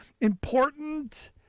important